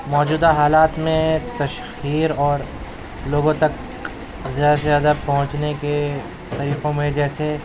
موجودہ حالات میں تشہیر اور لوگوں تک زیادہ سے زیادہ پہنچنے کے طریقوں میں جیسے